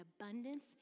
abundance